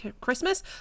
Christmas